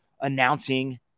announcing